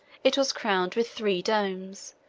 it was crowned with three domes,